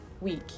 week